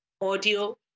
audio